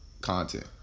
Content